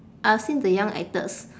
I've seen the young actors